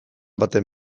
baten